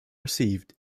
received